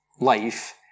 life